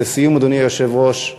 ולסיום, אדוני היושב-ראש,